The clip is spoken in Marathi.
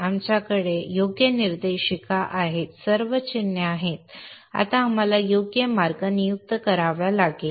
आमच्याकडे योग्य निर्देशिकेत सर्व चिन्हे आहेत आता आपण योग्य मार्ग नियुक्त करावा लागेल